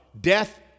Death